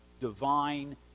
divine